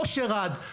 אושר עד,